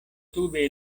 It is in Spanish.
tuve